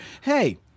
Hey